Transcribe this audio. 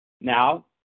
Now